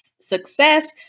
success